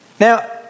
Now